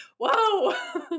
whoa